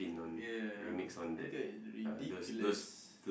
ya like that is ridiculous